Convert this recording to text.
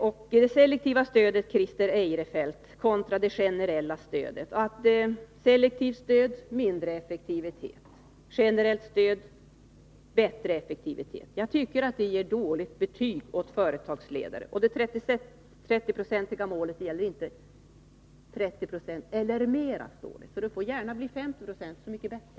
Sedan till Christer Eirefelt angående det selektiva stödet kontra det generella stödet — att selektivt stöd skulle medföra mindre effektivitet och generellt stöd bättre effektivitet. Jag tycker att ett sådant resonemang är att ge ett dåligt betyg åt företagsledaren. När det gäller det 30-procentiga målet står det faktiskt 30 20 eller mer, för det får gärna bli 50 26. Det skulle vara så mycket bättre.